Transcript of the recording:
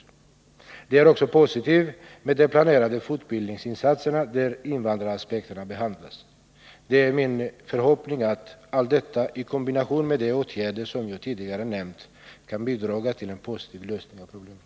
Vidare ser jag positivt på de planerade fortbildningsinsatserna, som även omfattar invandraraspekterna. Det är min förhoppning att allt detta i kombination med de åtgärder som jag tidigare nämnt kan bidraga till en positiv lösning av problemet.